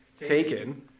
taken